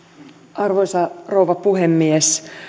arvoisa rouva puhemies